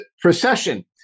procession